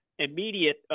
immediate